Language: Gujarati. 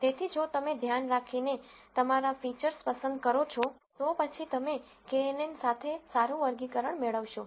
તેથી જો તમે ધ્યાન રાખીને તમારા ફીચર્સ પસંદ કરો છો તો પછી તમે કેએનએન સાથે વધુ સારું વર્ગીકરણ મેળવશો